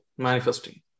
Manifesting